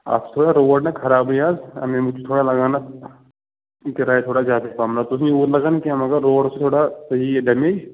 اَتھ چھُ تھوڑا روڈ نا خرابٕے اَز اَمے موٗجوٗب چھُ تھوڑا لگان اَتھ کِراے تھوڑا زیادے پَہم نَتہٕ اوس نہٕ یوٗت لگان کیٚنٛہہ مگر روڈ چھُ تھوڑا صحیح یہِ ڈیمیج